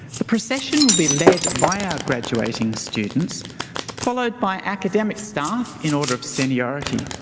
the procession will be led by our graduating students followed by academic staff in order of seniority.